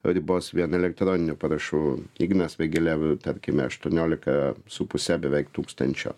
ribos vien elektroninių parašų ignas vėgėlė a tarkime aštuoniolika su puse beveik tūkstančio